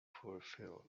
fulfill